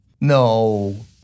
No